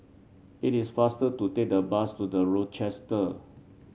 it is faster to take the bus to The Rochester